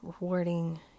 rewarding